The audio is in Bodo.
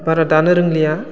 बारा दानो रोंलिया